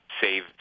save